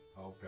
Okay